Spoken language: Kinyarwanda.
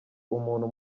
umuntu